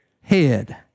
head